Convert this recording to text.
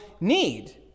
need